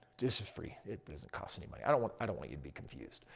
this is free, it doesn't cost any money. i don't want i don't want you to be confused.